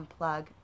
unplug